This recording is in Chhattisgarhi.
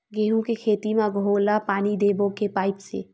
गेहूं के खेती म घोला पानी देबो के पाइप से?